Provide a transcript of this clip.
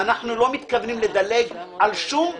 ואנחנו לא מתכוונים לדלג על שום דבר.